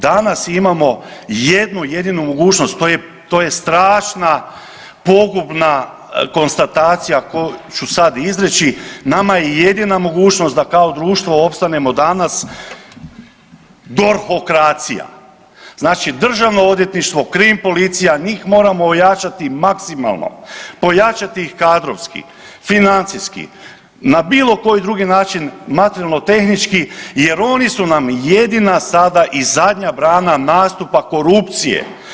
Danas imamo jednu jedinu mogućnost, to je, to je strašna pogubna konstatacija koju ću sad izreći, nama je jedina mogućnost da kao društvo opstanemo danas DORH-okracija, znači državno odvjetništvo i krim policija, njih moramo ojačati maksimalno, pojačati ih kadrovski, financijski, na bilo koji drugi način materijalno tehnički jer oni su nam jedina sada i zadnja brana nastupa korupcije.